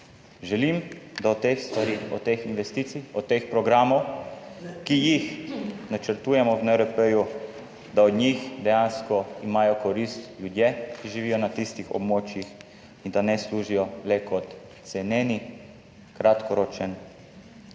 Želim, da od teh stvari, od teh investicij, od teh programov, ki jih načrtujemo v NRP, da od njih dejansko imajo korist ljudje, ki živijo na tistih območjih, in da ne služijo le kot ceneni kratkoročen